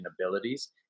abilities